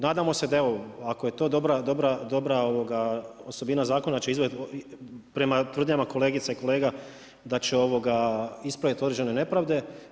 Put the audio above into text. Nadamo se da evo, ako je to dobra osobina zakona prema tvrdnjama kolegica i kolega da će ispraviti određene nepravde.